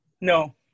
No